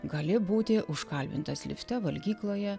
gali būti užkalbintas lifte valgykloje